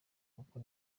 kuko